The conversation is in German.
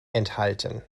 enthalten